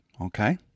Okay